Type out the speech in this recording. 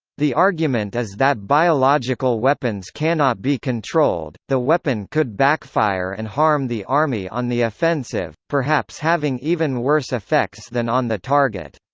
the argument is that biological weapons cannot be controlled the weapon could backfire and harm the army on the offensive, perhaps having even worse effects than on the target.